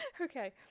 Okay